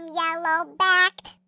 yellow-backed